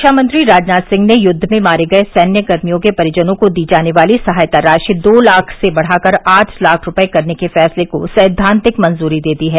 रक्षामंत्री राजनाथ सिंह ने युद्ध में मारे गए सैन्यकर्मियों के परिजनों को दी जाने वाली सहायता राशि दो लाख से बढ़ाकर आठ लाख रूपये करने के फैसले को सैद्वांतिक मंजूरी दे दी है